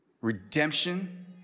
Redemption